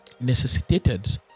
necessitated